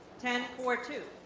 ten four two.